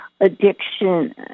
addiction